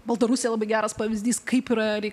baltarusija labai geras pavyzdys kaip yra